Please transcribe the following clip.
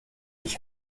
ich